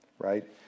right